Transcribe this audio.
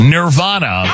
Nirvana